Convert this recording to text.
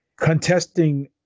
contesting